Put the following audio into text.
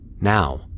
Now